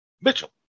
Mitchell